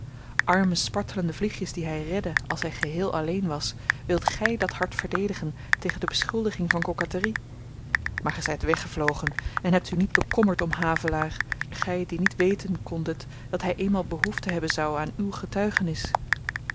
arme spartelende vliegjes die hy redde als hy geheel alleen was wilt gy dat hart verdedigen tegen de beschuldiging van koketterie maar ge zyt weggevlogen en hebt u niet bekommerd om havelaar gy die niet weten kondet dat hy eenmaal behoefte hebben zou aan uw getuigenis